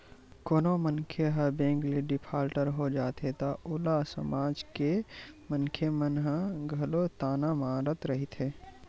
कोनो मनखे ह बेंक ले डिफाल्टर हो जाथे त ओला समाज के मनखे मन ह घलो ताना मारत रहिथे